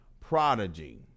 prodigy